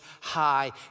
High